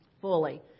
fully